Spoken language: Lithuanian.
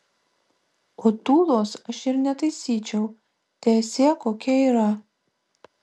o tūlos aš ir netaisyčiau teesie kokia yra